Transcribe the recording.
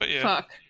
Fuck